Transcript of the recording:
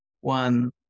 one